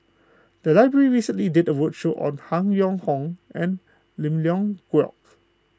the library recently did a roadshow on Han Yong Hong and Lim Leong Geok